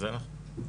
זה נכון.